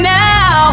now